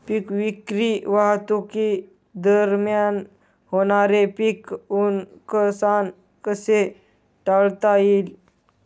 पीक विक्री वाहतुकीदरम्यान होणारे पीक नुकसान कसे टाळता येईल?